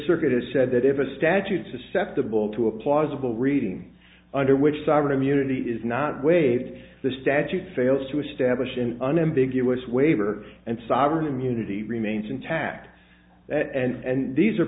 circuit has said that if a statute susceptible to a plausible reading under which sovereign immunity is not waived the statute fails to establish an unambiguous waiver and sovereign immunity remains intact and these are